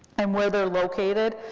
and where they're located,